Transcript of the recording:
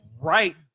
right